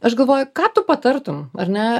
aš galvoju ką tu patartum ar ne